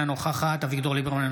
אינה נוכחת אביגדור ליברמן,